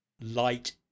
light